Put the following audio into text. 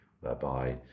whereby